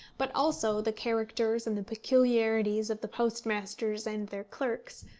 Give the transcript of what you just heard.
but also the characters and the peculiarities of the postmasters and their clerks,